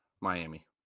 Miami